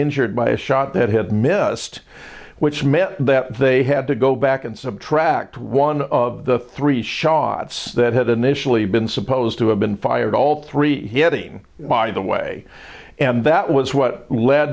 injured by a shot that had missed which meant that they had to go back and subtract one of the three shots that had initially been supposed to have been fired all three he having by the way and that was what led